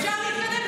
אפשר להתקדם?